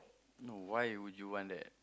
no why would you want that